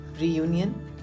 reunion